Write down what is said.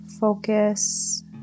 focus